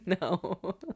No